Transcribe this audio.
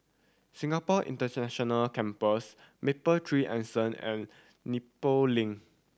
Singapore International Campus Mapletree Anson and Nepal Link